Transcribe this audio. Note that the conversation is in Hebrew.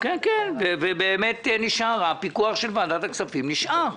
ובאמת הפיקוח של ועדת הכספים נשאר.